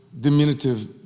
diminutive